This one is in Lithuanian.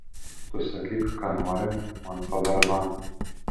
tu sakyk ką nori man pa barabanu